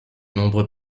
nombreux